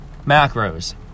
macros